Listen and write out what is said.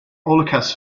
holocaust